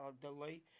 delay